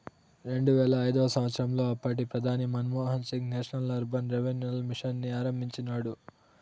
రెండువేల ఐదవ సంవచ్చరంలో అప్పటి ప్రధాని Manmohan Singh national urban renewal mission ని ఆరంభించినాడు